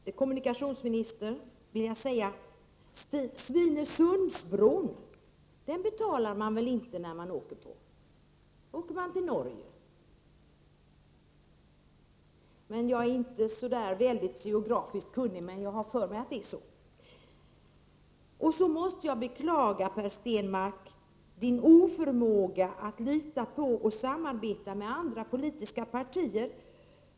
Herr talman! Till kommunikationsministern vill jag säga att när man åker på Svinesundsbron betalar man väl inte. Jag är inte så väldigt geografiskt kunnig, men jag har för mig att då åker man till Norge. Så måste jag beklaga Per Stenmarcks oförmåga att lita på och samarbeta med andra politiska partier.